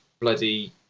bloody